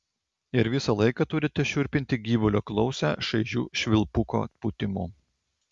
ir visą laiką turite šiurpinti gyvulio klausą šaižiu švilpuko pūtimu